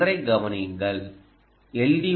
ஓன்றை கவனியுங்கள் எல்